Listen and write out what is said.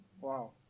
wow